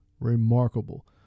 remarkable